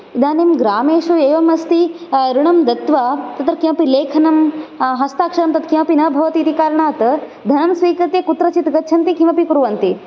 इदानिं ग्रामेषु एवम् अस्ति ॠणं दत्वा तत्र किमपि लेखनं हस्ताक्षरं तत् किमपि न भवति इति कारणात् धनं स्वीकृत्य कुत्रचित् गच्छन्ति किमपि कुर्वन्ति